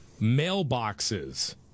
mailboxes